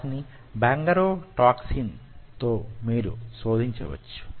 వాటిని బంగరోటాక్సిన్ తో మీరు శోధించవచ్చు